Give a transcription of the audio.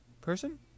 person